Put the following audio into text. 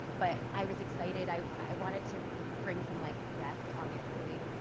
but, i was excited, i i wanted to bring some like zest obviously.